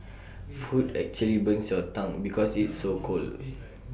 food actually burns your tongue because it's so cold